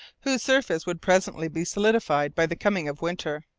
whose surface would presently be solidified by the coming of winter.